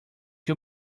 you